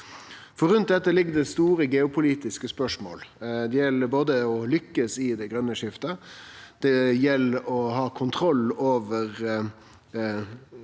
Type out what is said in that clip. Rundt dette ligg det store geopolitiske spørsmål. Det gjeld å lykkast i det grøne skiftet, det gjeld å ha kontroll over